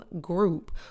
group